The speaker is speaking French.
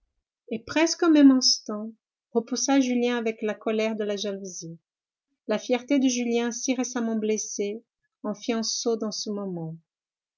et presque au même instant repoussa julien avec la colère de la jalousie la fierté de julien si récemment blessée en fit un sot dans ce moment